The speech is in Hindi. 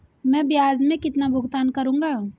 मैं ब्याज में कितना भुगतान करूंगा?